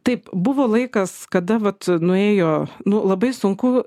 taip buvo laikas kada vat nuėjo nu labai sunku